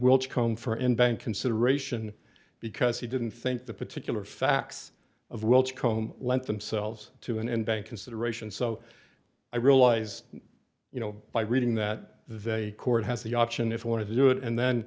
world com for any bank consideration because he didn't think the particular facts of welch comb lent themselves to an end bank consideration so i realized you know by reading that they court has the option if they want to do it and then